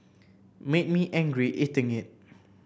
made me angry eating it